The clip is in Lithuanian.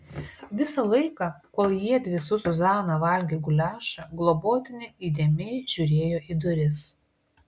visą laiką kol jiedvi su zuzana valgė guliašą globotinė įdėmiai žiūrėjo į duris